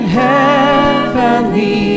heavenly